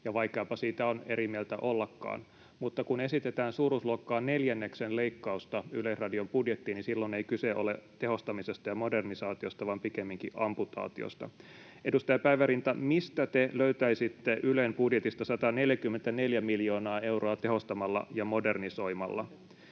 vaikeapa siitä on eri mieltä ollakaan, mutta kun esitetään suuruusluokkaa neljänneksen leikkausta Yleisradion budjettiin, niin silloin ei kyse ole tehostamisesta ja modernisaatiosta vaan pikemminkin amputaatiosta. Edustaja Päivärinta, mistä te löytäisitte Ylen budjetista 144 miljoonaa euroa tehostamalla ja modernisoimalla?